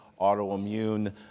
autoimmune